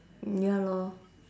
ya lor